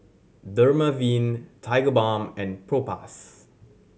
Dermaveen Tigerbalm and Propass